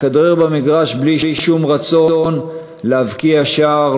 מכדרר במגרש בלי שום רצון להבקיע שער,